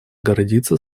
гордиться